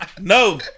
No